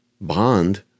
bond